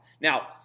Now